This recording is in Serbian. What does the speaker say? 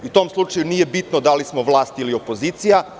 U tom slučaju nije bitno da li smo vlast ili opozicija.